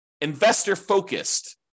investor-focused